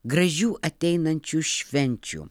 gražių ateinančių švenčių